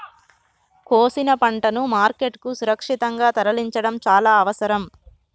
కోసిన పంటను మార్కెట్ కు సురక్షితంగా తరలించడం చాల అవసరం